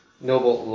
Noble